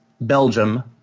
Belgium